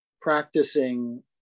practicing